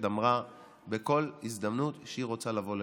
אמרה בכל הזדמנות שהיא רוצה לבוא לליכוד.